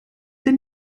denn